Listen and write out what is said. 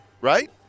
right